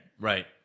Right